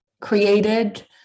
created